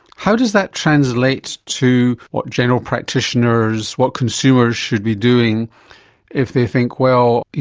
how does that translate to what general practitioners, what consumers should be doing if they think well,